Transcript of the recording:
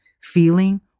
feeling